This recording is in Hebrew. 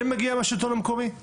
אני מגיע מהשלטון המקומי,